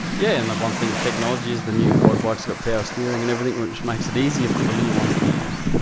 yeah and the one thing with technology is the new quad bikes have got power steering and everything which makes it easier for the little ones to use.